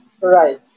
Right